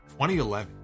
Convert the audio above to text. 2011